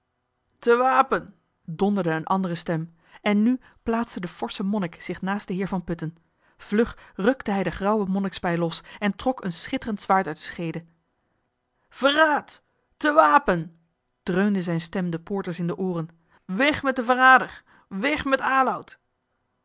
te wapen donderde eene andere stem en nu plaatste de forsche monnik zich naast den heer van putten vlug rukte hij de grauwe monnikspij los en trok een schitterend zwaard uit de scheede verraad te wapen dreunde zijne stem den poorters in de ooren weg met den verrader weg met